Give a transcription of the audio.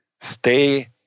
stay